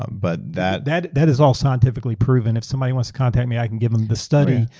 um but that that that is all scientifically proven, if somebody wants to contact me, i can give them the study.